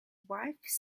wife